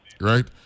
right